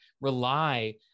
rely